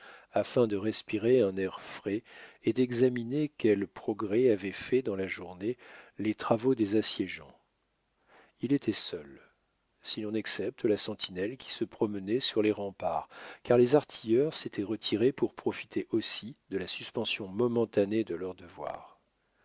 afin de respirer un air frais et d'examiner quels progrès avaient faits dans la journée les travaux des assiégeants il était seul si l'on excepte la sentinelle qui se promenait sur les remparts car les artilleurs s'étaient retirés pour profiter aussi de la suspension momentanée de leurs devoirs